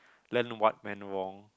learn what went wrong